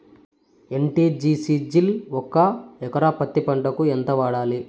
ఎ.టి.జి.సి జిల్ ఒక ఎకరా పత్తి పంటకు ఎంత వాడాలి?